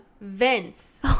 Vince